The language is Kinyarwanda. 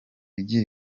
igira